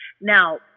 Now